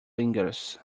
lingers